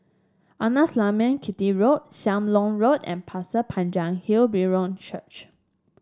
Arnasalam Chetty Road Sam Leong Road and Pasir Panjang Hill Brethren Church